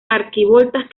arquivoltas